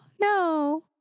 no